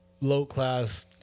low-class